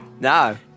No